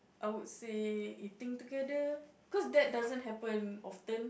I would say eating together cause that doesn't happen often